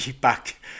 back